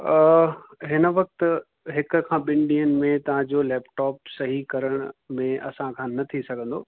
हिन वक़्तु हिकु खां ॿिनि ॾींहंनि में तव्हांजो लैप्टॉप सही करण में असां खां न थी सघंदो